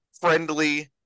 friendly